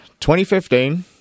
2015